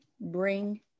Bring